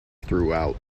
throughout